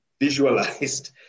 visualized